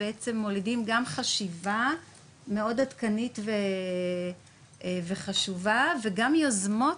בעצם מולידים גם חשיבה מאוד עדכנית וחשובה וגם יוזמות